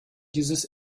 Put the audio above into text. dieses